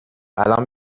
الان